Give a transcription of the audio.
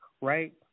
right